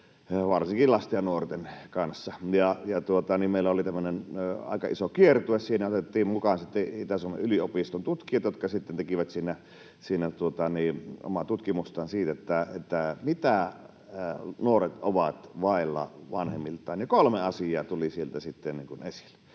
varsinkin lasten ja nuorten kanssa. Meillä oli tämmöinen aika iso kiertue, johon otettiin mukaan Itä-Suomen yliopiston tutkijat, jotka sitten tekivät siinä omaa tutkimustaan siitä, mitä nuoret ovat vailla vanhemmiltaan. Kolme asiaa tuli sieltä